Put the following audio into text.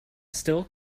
still